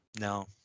No